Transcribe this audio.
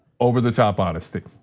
over the top, honestly.